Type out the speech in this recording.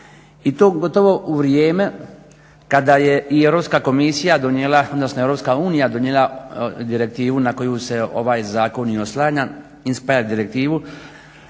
i to gotovo u vrijeme kada je i europska komisija donijela, odnosno Europska unija donijela direktivu na koju se ovaj zakon i naslanja INSPIRE direktivu.